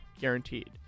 guaranteed